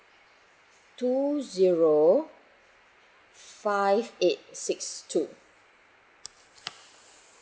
two zero five eight six two